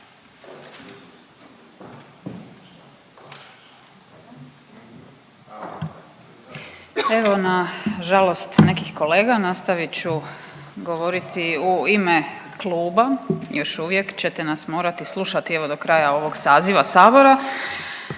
Evo nažalost nekih kolega nastavit ću govorit u ime kluba još uvijek ćete nas morati slušati evo do kraja ovog saziva sabora